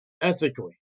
Ethically